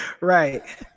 right